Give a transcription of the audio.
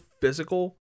physical